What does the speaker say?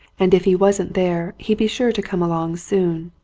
and if he wasn't there he'd be sure to come along soon.